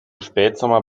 spätsommer